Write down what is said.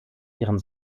ihren